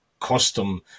custom